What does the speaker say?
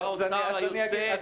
שר האוצר היוצא?